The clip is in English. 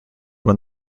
won